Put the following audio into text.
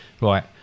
Right